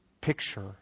picture